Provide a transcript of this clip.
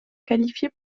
qualifiés